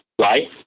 right